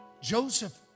Joseph